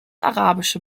arabische